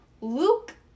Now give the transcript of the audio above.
Luke